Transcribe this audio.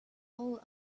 all